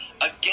again